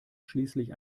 schließlich